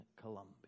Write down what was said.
Colombia